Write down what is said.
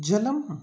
जलम्